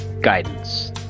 guidance